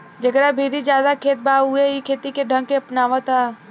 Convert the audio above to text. जेकरा भीरी ज्यादे खेत बा उहे इ खेती के ढंग के अपनावता